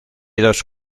dos